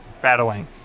battling